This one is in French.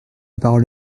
parole